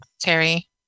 Terry